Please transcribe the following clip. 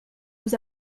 nous